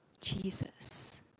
Jesus